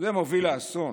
ומוביל לאסון?